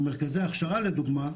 במרכזי ההכשרה לדוגמה,